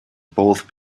both